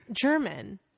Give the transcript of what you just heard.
German